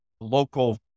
local